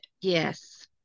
yes